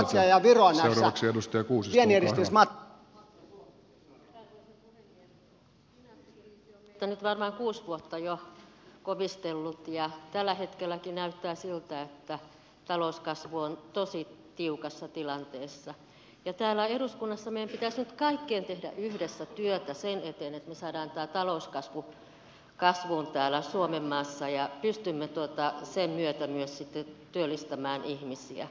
finanssikriisi on meitä nyt varmaan jo kuusi vuotta kovistellut ja tällä hetkelläkin näyttää siltä että talouskasvu on tosi tiukassa tilanteessa ja täällä eduskunnassa meidän pitäisi nyt kaikkien tehdä yhdessä työtä sen eteen että me saamme tämän talouden kasvuun täällä suomenmaassa ja pystymme sen myötä myös sitten työllistämään ihmisiä